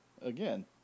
Again